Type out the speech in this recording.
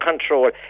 control